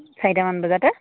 চাৰিটামান বজাতে